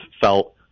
felt